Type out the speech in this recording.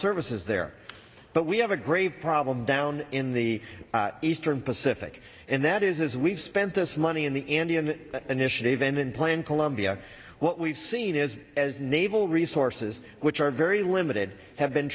services there but we have a grave problem down in the eastern pacific and that is we've spent this money in the andean initiative and in plan colombia what we've seen is as naval resources which are very limited have been